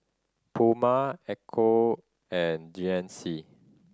Puma Ecco and G N C